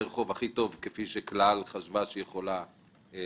חוב הכי טוב כפי שכלל חשבה שהיא יכולה להציע.